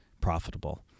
profitable